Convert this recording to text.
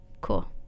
Cool